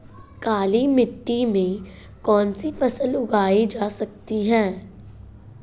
काली मिट्टी में कौनसी फसल उगाई जा सकती है?